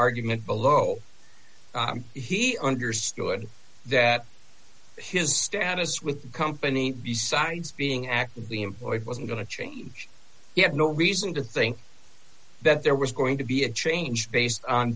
argument below he understood that his status with the company besides being actively employed wasn't going to change you have no reason to think that there was going to be a change based on